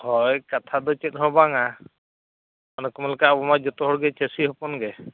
ᱦᱳᱭ ᱠᱟᱛᱷᱟ ᱫᱚ ᱪᱮᱫ ᱦᱚᱸ ᱵᱟᱝᱼᱟ ᱚᱱᱮᱠᱚ ᱢᱮᱱᱞᱮᱠᱟ ᱟᱵᱚᱢᱟ ᱡᱚᱛᱚ ᱦᱚᱲᱜᱮ ᱪᱟᱹᱥᱤ ᱦᱚᱯᱚᱱ ᱜᱮ